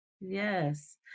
yes